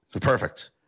Perfect